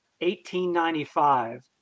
1895